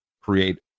create